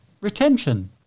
retention